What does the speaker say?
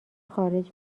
خارج